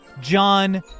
John